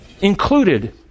included